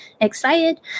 excited